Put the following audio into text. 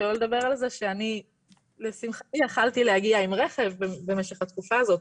שלא נדבר על זה שאני לשמחתי יכולתי להגיע עם רכב במשך התקופה הזו,